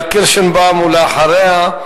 תעלה חברת הכנסת פאינה קירשנבאום, ואחריה,